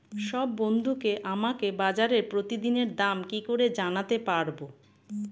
সব বন্ধুকে আমাকে বাজারের প্রতিদিনের দাম কি করে জানাতে পারবো?